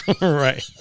right